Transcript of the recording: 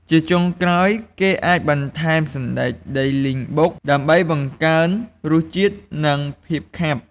ជាចុងក្រោយ គេអាចថែមសណ្ដែកដីលីងបុក ដើម្បីបង្កើនរសជាតិ និងភាពខាប់។